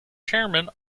chairman